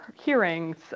hearings